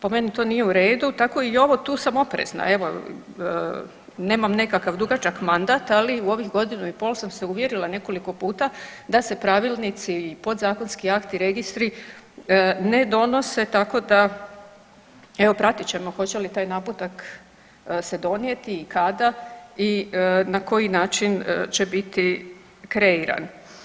Po meni to nije u redu, tako i ovo tu sam oprezna evo nemam nekakav dugačak mandata, ali u ovih godinu i pol sam se uvjerila nekoliko puta da se pravilnici, podzakonski, akti i registri ne donose tako da evo pratit ćemo hoće li taj naputak se donijeti i kada i na koji način će biti kreiran.